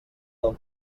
del